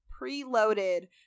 preloaded